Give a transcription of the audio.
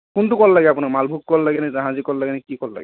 কোনটো কল লাগে আপোনাক মালভোগ কল লাগে নে জাহাজী কল লাগেনে কি কল লাগে